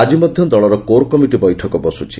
ଆକି ମଧ୍ଧ ଦଳର କୋର୍ କମିଟି ବୈଠକ ବସୁଛି